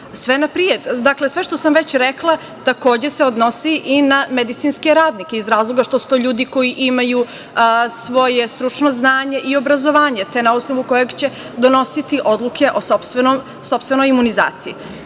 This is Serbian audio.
imunizaciju. Dakle, sve što sam već rekla takođe se odnosi i na medicinske radnike iz razloga što su to ljudi koji imaju svoje stručno znanje i obrazovanje, te na osnovu kojeg će donositi odluke o sopstvenoj imunizaciji. Želim